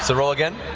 so roll again.